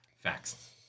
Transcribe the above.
Facts